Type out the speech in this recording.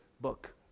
book